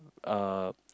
uh